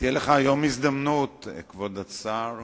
תהיה לך היום הזדמנות, כבוד השר.